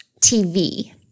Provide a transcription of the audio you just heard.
TV